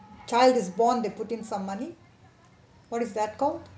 child is born they put in some money what is that called